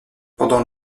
pendant